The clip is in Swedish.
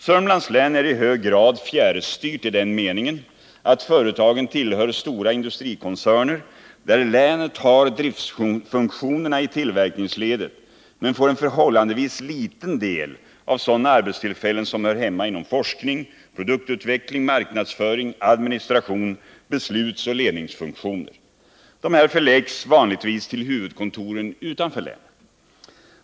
Södermanlands län är i hög grad fjärrstyrt i den meningen att företagen tillhör stora industrikoncerner, som inom länet har förlagt driftfunktionerna i tillverkningsledet men en förhållandevis liten del av sådana arbetstillfällen som hör hemma inom forskning, produktutveckling, marknadsföring, administration samt beslutsoch ledningsfunktioner. Dessa förläggs vanligtvis till huvudkontoren utanför länet.